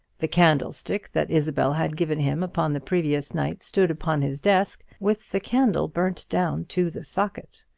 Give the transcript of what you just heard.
the candlestick that isabel had given him upon the previous night stood upon his desk, with the candle burnt down to the socket.